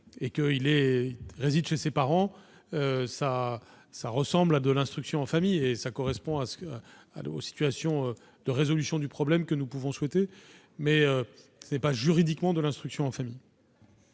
et qu'il réside chez ses parents, cela ressemble à de l'instruction en famille et cela correspond aux situations de résolution du problème que nous pouvons souhaiter. Toutefois, ce n'est pas juridiquement de l'instruction en famille.